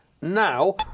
now